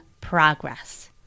progress